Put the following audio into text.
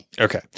Okay